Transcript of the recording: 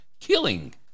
killing